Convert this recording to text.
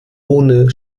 ohne